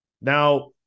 Now